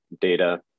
data